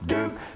Duke